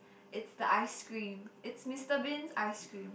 it's the ice cream it's Mister Bean's ice cream